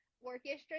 orchestra